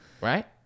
Right